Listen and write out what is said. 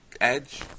edge